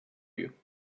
you